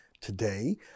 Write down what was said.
today